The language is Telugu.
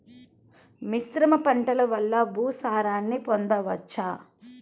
మిశ్రమ పంటలు వలన భూసారాన్ని పొందవచ్చా?